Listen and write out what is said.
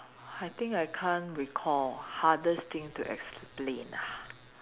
I think I can't recall hardest thing to explain ah